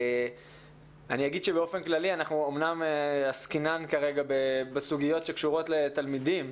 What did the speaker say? אני אגיד שבאופן כללי אמנם אנחנו עסקינן כרגע בסוגיות שקשורות לתלמידים,